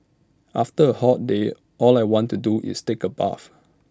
after A hot day all I want to do is take A bath